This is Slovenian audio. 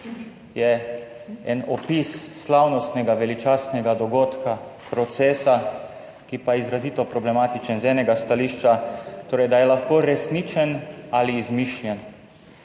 je en opis slavnostnega, veličastnega dogodka, procesa, ki pa je izrazito problematičen z enega stališča, torej da je lahko resničen ali izmišljen.